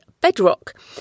Bedrock